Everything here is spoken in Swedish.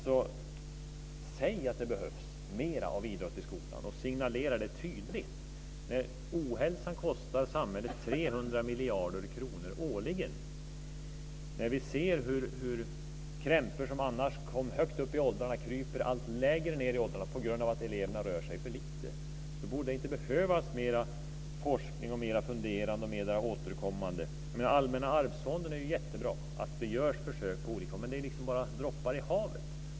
Säg att det behövs mer av idrott i skolan och signalera det tydligt när ohälsan kostar samhället 300 miljarder kronor årligen och när vi ser hur krämpor som tidigare kom högt upp i åldrarna kryper allt lägre ned i åldrarna på grund av att eleverna rör sig för lite, då borde det inte behövas mer forskning, mer funderande och mer återkommande. Det är bra med Allmänna arvsfonden och att det görs försök på olika håll. Men det är bara droppar i havet.